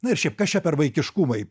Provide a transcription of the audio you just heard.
na ir šiaip kas čia per vaikiškumai